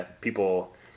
People